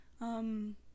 um-